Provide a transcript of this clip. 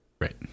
Right